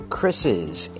Chris's